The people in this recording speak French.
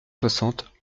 soixante